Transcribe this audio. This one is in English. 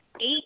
eight